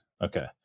Okay